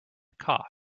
cough